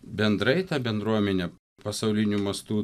bendrai ta bendruomenė pasauliniu mastu